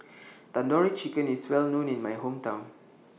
Tandoori Chicken IS Well known in My Hometown